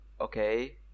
okay